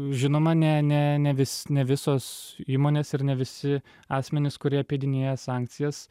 žinoma ne ne ne vis ne visos įmonės ir ne visi asmenys kurie apeidinėja sankcijas